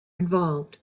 involved